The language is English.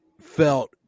felt